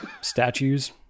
statues